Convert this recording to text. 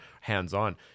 hands-on